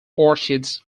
orchids